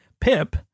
Pip